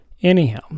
Anyhow